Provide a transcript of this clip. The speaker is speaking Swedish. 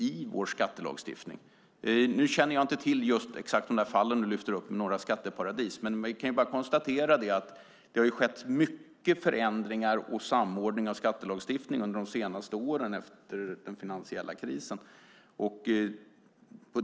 Jag känner inte till de fall du lyfter om upp skatteparadis, men vi kan konstatera att det har skett många förändringar och en samordning av skattelagstiftningen efter den finansiella krisen.